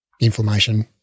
inflammation